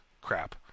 crap